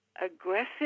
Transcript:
aggressive